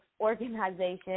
organization